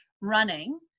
running